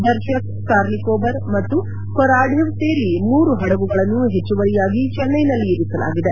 ದರ್ಶಕ್ ಕಾರ್ನಿಕೊಬರ್ ಮತ್ತು ಕೊರಾಡಿವ್ತ್ ಸೇರಿ ಮೂರು ಹಡಗುಗಳನ್ನು ಹೆಚ್ಚುವರಿಯಾಗಿ ಚೆನ್ವೈನಲ್ಲಿ ಇರಿಸಲಾಗಿದೆ